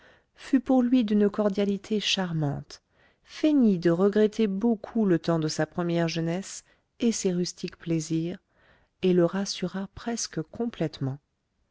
fut pour lui d'une cordialité charmante feignit de regretter beaucoup le temps de sa première jeunesse et ses rustiques plaisirs et le rassura presque complètement